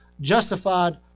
justified